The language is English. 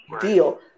deal